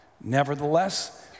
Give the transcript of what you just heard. Nevertheless